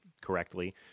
correctly